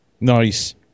Nice